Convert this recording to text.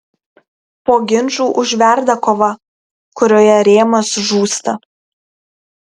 po ginčų užverda kova kurioje rėmas žūsta